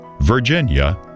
Virginia